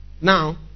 Now